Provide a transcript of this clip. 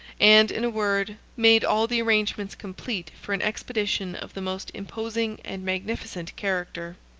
and, in a word, made all the arrangements complete for an expedition of the most imposing and magnificent character.